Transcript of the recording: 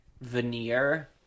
veneer